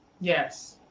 yes